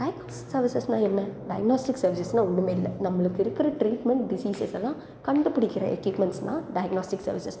diagnostics சர்வீஸஸுனா என்ன diagnostics சர்வீஸுனா ஒன்றுமே இல்லை நம்மளுக்கு இருக்கிற ட்ரீட்மெண்ட் டிசீஸஸ் எல்லாம் கண்டுபிடிக்கிற எக்யூப்மெண்ட்ஸுனா டயக்னோஸ்டிக்ஸ் சர்வீஸஸ்